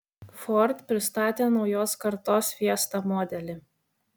ford pristatė naujos kartos fiesta modelį